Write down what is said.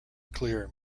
clear